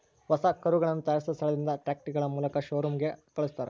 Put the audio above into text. ಹೊಸ ಕರುಗಳನ್ನ ತಯಾರಿಸಿದ ಸ್ಥಳದಿಂದ ಟ್ರಕ್ಗಳ ಮೂಲಕ ಶೋರೂಮ್ ಗಳಿಗೆ ಕಲ್ಸ್ತರ